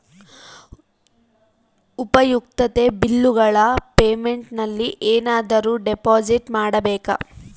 ಉಪಯುಕ್ತತೆ ಬಿಲ್ಲುಗಳ ಪೇಮೆಂಟ್ ನಲ್ಲಿ ಏನಾದರೂ ಡಿಪಾಸಿಟ್ ಮಾಡಬೇಕಾ?